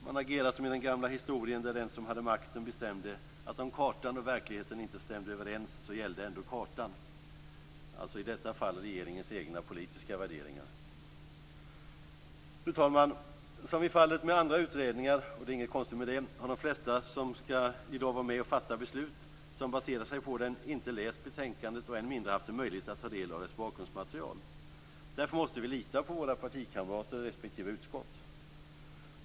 Man agerar som i den gamla historien där den som hade makten bestämde att om kartan och verkligheten inte stämde överens, så gällde ändå kartan - i detta fall regeringens egna politiska värderingar. Fru talman! Som i fallet med andra utredningar - och det är inget konstigt med det - har de flesta som i dag skall vara med och fatta beslut som baserar sig på dessa utredningar inte läst betänkandet och än mindre haft en möjlighet att ta del av dess bakgrundsmaterial. Därför måste vi lita på våra kamrater i respektive utskott.